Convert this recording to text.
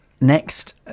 Next